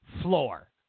floor